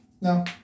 No